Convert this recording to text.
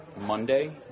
Monday